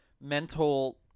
mental –